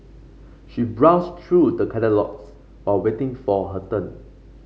she browsed through the catalogues while waiting for her turn